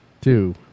two